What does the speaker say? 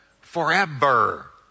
forever